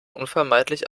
unvermeidlich